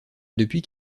depuis